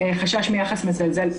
חשש מיחס מזלזל,